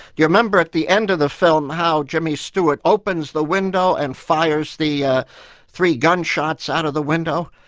you remember at the end of the film how jimmy stewart opens the window and fires the three gunshots out of the window?